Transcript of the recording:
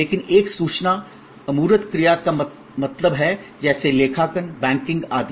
लेकिन एक सूचना अमूर्त क्रिया का मतलब है जैसे लेखांकन बैंकिंग आदि